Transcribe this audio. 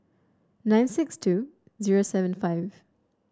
nine six two zero seven five